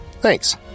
Thanks